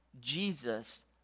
Jesus